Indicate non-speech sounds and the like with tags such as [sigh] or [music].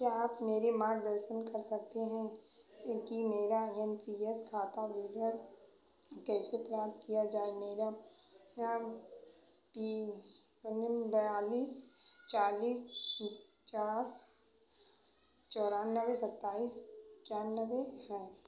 क्या आप मेरे मार्गदर्शन कर सकते हैं क्योंकि मेरा यन पी यस खाता विवरण कैसे प्राप्त किया जाए मेरा [unintelligible] पी [unintelligible] बयालीस चालीस [unintelligible] चौरानवे सत्ताईस इक्यानवे है